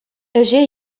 ӗҫе